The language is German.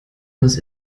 muss